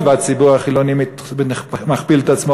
היות שהציבור החילוני מכפיל את עצמו